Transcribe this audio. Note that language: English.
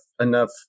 enough